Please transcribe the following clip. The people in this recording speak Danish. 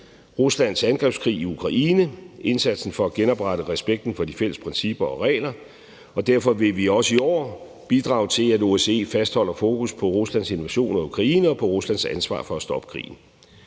Ruslands angrebskrig i Ukraine, indsatsen for at genoprette respekten for de fælles principper og regler, og derfor vil vi også i år bidrage til, at OSCE fastholder fokus på Ruslands invasion af Ukraine og på Ruslands ansvar for at stoppe krigen.